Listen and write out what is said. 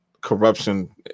Corruption